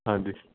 ਹਾਂਜੀ